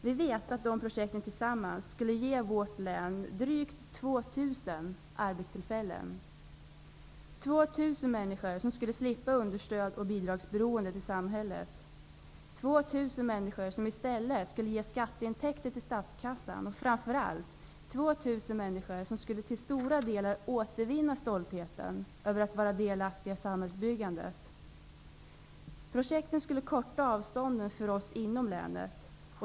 Vi vet att de projekten tillsammans skulle ge vårt län drygt 2 000 arbetstillfällen. 2 000 människor skulle slippa understöd och beroendet av bidrag från samhället. 2 000 människor skulle i stället ge skatteintäkter till statskassan. Framför allt skulle 2 000 människor till stora delar återvinna stoltheten över att vara delaktiga i samhällsbyggandet. Projekten skulle korta avstånden för oss inom länet.